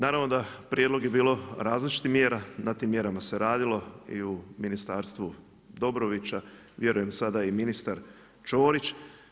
Naravno da prijedlog je bilo različitih mjera, na tim mjerama se radilo i u ministarstvu Dobrovića, vjerujem sada i ministar Ćorić.